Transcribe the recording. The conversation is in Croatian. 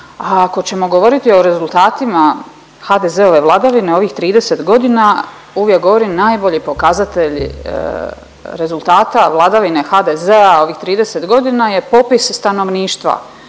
ako ćemo govoriti o rezultatima HDZ-ove vladavine ovih 30 godina, uvijek govorim najbolji pokazatelj rezultate vladavine HDZ-a u ovih 30 godina je popis stanovništva